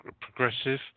progressive